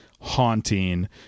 haunting